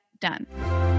done